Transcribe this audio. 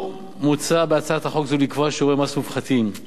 מוצע בהצעת חוק זו לקבוע שיעורי מס מופחתים בהתאם